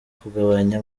kugabanya